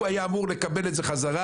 הוא היה אמור לקבל את זה חזרה.